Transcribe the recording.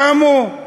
קמו: